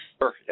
Sure